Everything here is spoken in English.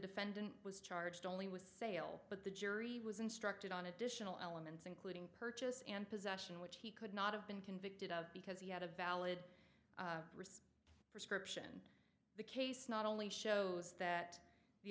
defendant was charged only was sale but the jury was instructed on additional elements including purchase and possession which he could not have been convicted of because he had a valid prescription the case not only shows that the